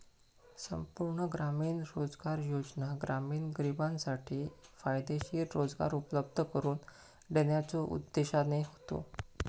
संपूर्ण ग्रामीण रोजगार योजना ग्रामीण गरिबांसाठी फायदेशीर रोजगार उपलब्ध करून देण्याच्यो उद्देशाने होता